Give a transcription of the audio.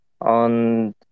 on